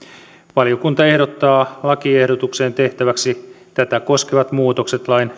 valiokunta ehdottaa lakiehdotukseen tehtäväksi tätä koskevat muutokset lain